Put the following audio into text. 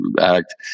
Act